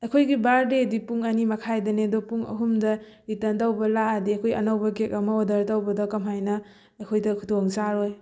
ꯑꯩꯈꯣꯏꯗꯤ ꯕꯥꯔꯗꯦꯗꯤ ꯄꯨꯡ ꯑꯅꯤꯃꯈꯥꯏꯗꯅꯦ ꯑꯗꯣ ꯄꯨꯡ ꯑꯍꯨꯝꯗ ꯔꯤꯇꯟ ꯇꯧꯕ ꯂꯥꯛꯑꯗꯤ ꯑꯩꯈꯣꯏ ꯑꯅꯧꯕ ꯀꯦꯛ ꯑꯃ ꯑꯣꯗꯔ ꯇꯧꯕꯗꯣ ꯀꯃꯥꯏꯅ ꯑꯩꯈꯣꯏꯗ ꯈꯨꯗꯣꯡ ꯆꯥꯔꯣꯏ